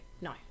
no